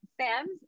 Sam's